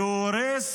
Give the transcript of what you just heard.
והוא הורס